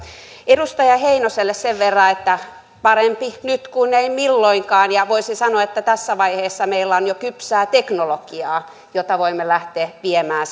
edustaja heinoselle sen verran että parempi nyt kuin ei milloinkaan ja voisi sanoa että tässä vaiheessa meillä on jo kypsää teknologiaa jota voimme lähteä viemään